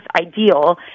ideal